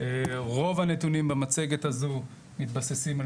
רוב הנתונים במצגת הזו מתבססים על